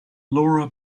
laura